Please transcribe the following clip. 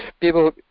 people